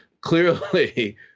Clearly